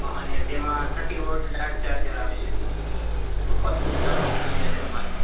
હાં અને તેમાં થર્ટી વૉટનું ડાર્ટ ચાર્જર આવશે સુપરવુક ચાર્જિંગ થઈ જશે તમારે